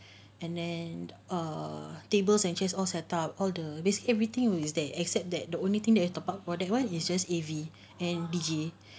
and then err tables and chairs all set up all the basic everything is there except that the only thing that top up that one is just A_V and D_J